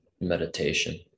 meditation